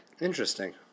Interesting